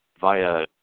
via